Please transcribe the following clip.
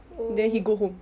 oh